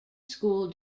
school